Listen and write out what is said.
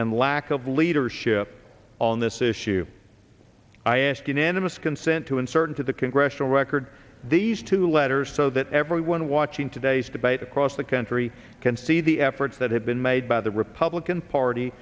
and lack of leadership on this issue i ask unanimous consent to insert into the congressional heard these two letters so that everyone watching today's debate across the country can see the efforts that have been made by the republican party